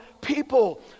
people